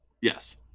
yes